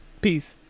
Peace